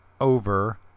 Over